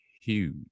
huge